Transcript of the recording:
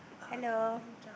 hello